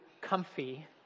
comfy